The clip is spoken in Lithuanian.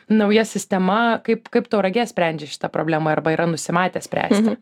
nauja sistema kaip kaip tauragė sprendžia šitą problemą arba yra nusimatę spręsti